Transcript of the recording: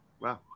wow